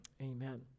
amen